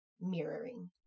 mirroring